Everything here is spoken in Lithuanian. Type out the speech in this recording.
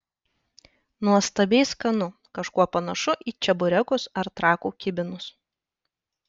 nuostabiai skanu kažkuo panašu į čeburekus ar trakų kibinus